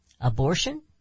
abortion